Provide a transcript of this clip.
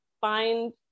find